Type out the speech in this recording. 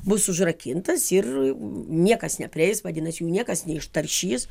bus užrakintas ir niekas neprieis vadinasi jų niekas nei ištaršys